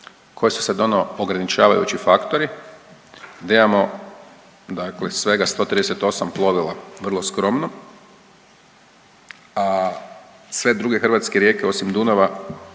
Koje su sad ono ograničavajući faktori, da imamo dakle svega 138 plovila, vrlo skromno, a sve druge hrvatske rijeke osim Dunava